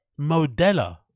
Modella